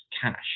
cash